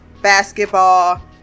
basketball